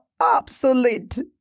obsolete